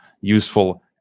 useful